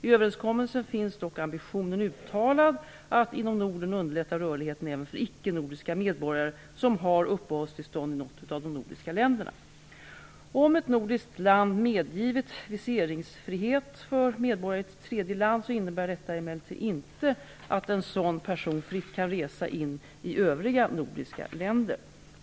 I överenskommelsen finns dock ambitionen uttalad att inom Norden underlätta rörligheten även för icke nordiska medborgare som har uppehållstillstånd i något av de nordiska länderna. Om ett nordiskt land medgivit viseringsfrihet för medborgare i ett tredje land innebär detta emellertid inte att en sådan person fritt kan resa in i övriga nordiska länder.